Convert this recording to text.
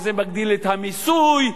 וזה מגדיל את המיסוי,